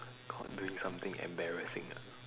caught doing something embarrassing ah